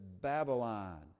Babylon